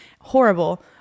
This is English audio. Horrible